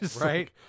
Right